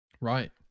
Right